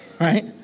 right